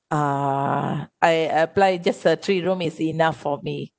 uh I I apply just a three room is enough for me